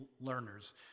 learners